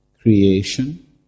creation